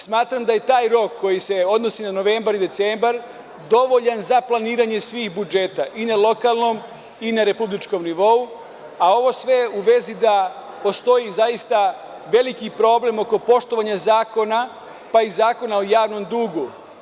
Smatram da je taj rok koji se odnosi na novembar i decembar dovoljan za planiranje svih budžeta i na lokalnom i na republičkom nivou, a ovo sve u vezi da postoji zaista veliki problem oko poštovanja zakona, pa i Zakona o javnom dugu.